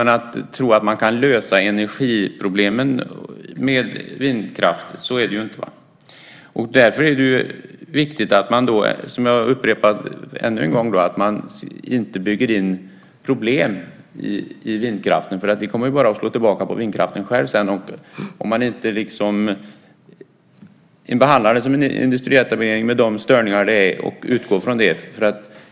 Men man ska inte tro att man kan lösa energiproblemen med vindkraft. Därför är det viktigt att man inte bygger in problem i vindkraften. Det kommer bara att slå tillbaka på vindkraften själv senare om man inte behandlar den som en industrietablering med de störningar som den innebär och utgår från det.